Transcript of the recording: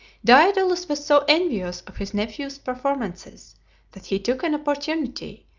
daedalus was so envious of his nepnew's performances that he took an opportunity,